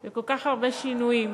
לכל כך הרבה שינויים,